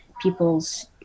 people's